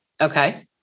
Okay